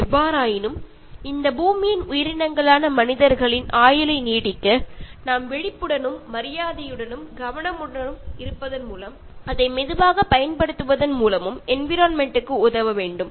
எவ்வாறாயினும் இந்த பூமியின் உயிரினங்களான மனிதர்களின் ஆயுளை நீடிக்க நாம் விழிப்புடனும் மரியாதையுடனும் கவனமாகவும் இருப்பதன் மூலமும் அதை மெதுவாகப் பயன்படுத்துவதன் மூலமும் என்விரொண்மெண்ட் க்கு உதவ வேண்டும்